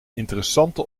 interessante